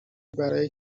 برای